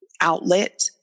outlet